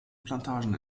plantagen